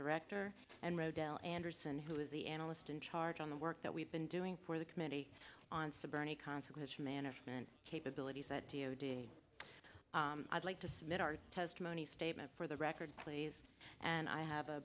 director and rodel andersen who is the analyst in charge on the work that we've been doing for the committee on the bernie consequence management capabilities that today i'd like to submit our testimony statement for the record please and i have a